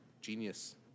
Genius